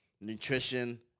Nutrition